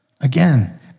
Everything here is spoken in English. Again